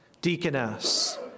Deaconess